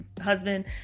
husband